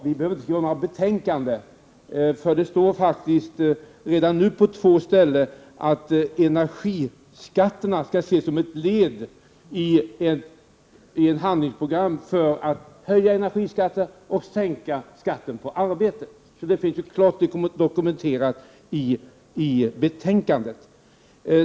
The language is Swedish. Vi behöver inte skriva om några betänkanden, för det står faktiskt redan nu på två ställen att energiskatterna skall ses som ett led i ett handlingsprogram för att höja skatten på energi och sänka skatten på arbete. Detta finns klart dokumenterat i betänkandet.